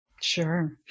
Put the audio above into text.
Sure